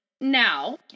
Now